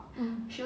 mm